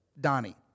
Donnie